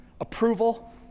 approval